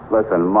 Listen